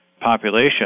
population